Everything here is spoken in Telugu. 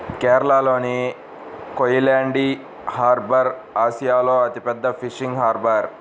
కేరళలోని కోయిలాండి హార్బర్ ఆసియాలో అతిపెద్ద ఫిషింగ్ హార్బర్